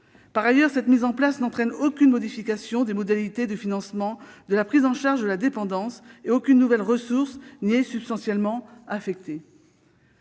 Par ailleurs, cette mise en place n'entraîne aucune modification des modalités de financement de la prise en charge de la dépendance et aucune nouvelle ressource n'y est substantiellement affectée.